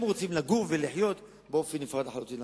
רוצים לגור ולחיות באופן נפרד לחלוטין.